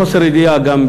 מחוסר ידיעה גם,